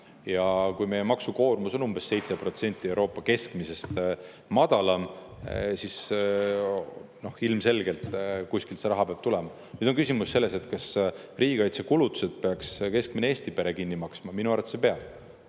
Ja kui meie maksukoormus on umbes 7% Euroopa keskmisest madalam, siis ilmselgelt kuskilt see raha peab tulema. Nüüd on küsimus selles, kas riigikaitsekulutused peaks keskmine Eesti pere kinni maksma. Minu arvates ei pea.